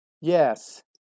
Yes